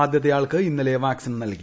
ആദ്യത്തെയാൾക്ക് ഇന്നലെ വാക്സിൻ നൽകി